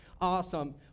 Awesome